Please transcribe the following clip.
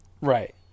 Right